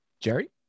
Jerry